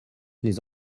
les